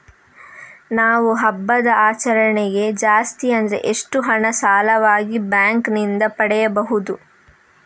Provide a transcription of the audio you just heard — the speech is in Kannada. ನಾವು ಹಬ್ಬದ ಆಚರಣೆಗೆ ಜಾಸ್ತಿ ಅಂದ್ರೆ ಎಷ್ಟು ಹಣ ಸಾಲವಾಗಿ ಬ್ಯಾಂಕ್ ನಿಂದ ಪಡೆಯಬಹುದು?